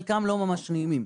חלקם לא ממש נעימים.